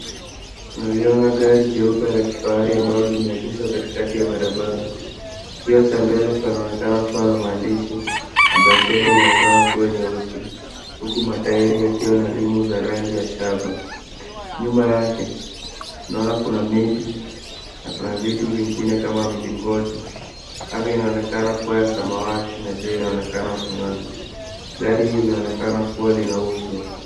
Tunaliona gari jeupe la kifahari ambalo limeegeshwa katikati ya barabara. Kioo cha mbele panaonekana kuwa na maandishi na bamperi inaonekana kuwa nyeusi huku matairi yakiwa na rangi ya shaba. Nyuma yake tunaona kuna miti na vitu vingine kama milingoti. Anga inaonekana kuwa ya samawati na jua inaonekana kung'aa. Gari hili linaonekana kuwa linauzwa.